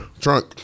Trunk